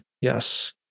Yes